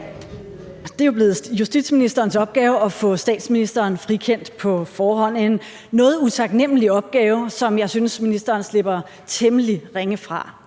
Det er jo blevet justitsministerens opgave at få statsministeren frikendt på forhånd, en noget utaknemlig opgave, som jeg synes ministeren slipper temmelig ringe fra,